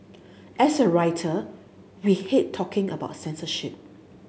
as a writer we hate talking about censorship